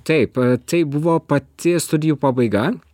taip tai buvo pati studijų pabaiga